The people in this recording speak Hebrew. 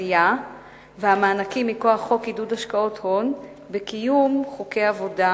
בתעשייה והמענקים מכוח חוק עידוד השקעות הון בקיום חוקי עבודה,